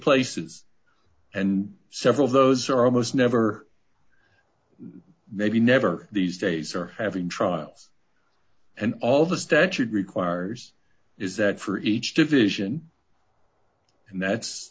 places and several of those are almost never maybe never these days are having trials and all the statute requires is that for each division and that's